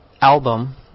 album